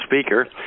speaker